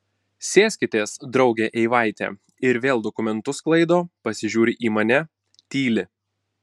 sėskitės drauge eivaite ir vėl dokumentus sklaido pasižiūri į mane tyli